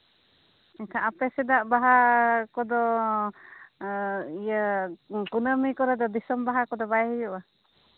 ᱮᱱᱠᱷᱟᱱ ᱟᱯᱮ ᱥᱮᱫᱟᱜ ᱵᱟᱦᱟ ᱠᱚᱫᱚ ᱤᱭᱟᱹ ᱠᱩᱱᱟᱹᱢᱤ ᱠᱚᱨᱮ ᱫᱚ ᱫᱤᱥᱚᱢ ᱵᱟᱦᱟ ᱠᱚᱫᱚ ᱵᱟᱭ ᱦᱩᱭᱩᱜᱼᱟ